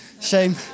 Shame